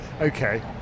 Okay